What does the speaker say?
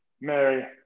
Mary